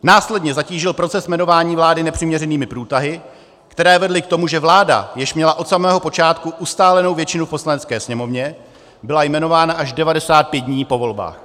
Následně zatížil proces jmenování vlády nepřiměřenými průtahy, které vedly k tomu, že vláda, jež měla od samého počátku ustálenou většinu v Poslanecké sněmovně, byla jmenována až 95 dní po volbách.